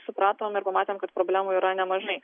supratom ir pamatėm kad problemų yra nemažai